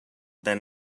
than